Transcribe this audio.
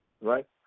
right